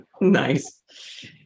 Nice